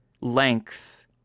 length